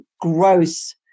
gross